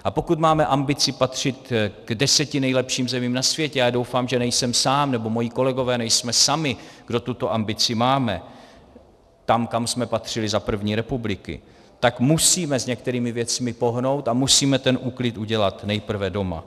A pokud máme ambici patřit k deseti nejlepším zemím na světě, a doufám, že nejsem sám nebo moji kolegové nejsme sami, kdo tuto ambici máme, tam, kam jsme patřili za první republiky, tak musíme s některými věcmi pohnout a musíme ten úklid udělat nejprve doma.